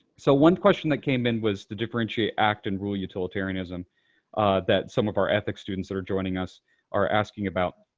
so one question that came in was to differentiate act and rule utilitarianism that some of our ethics students that are joining us are asking about.